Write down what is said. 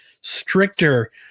stricter